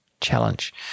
Challenge